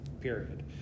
period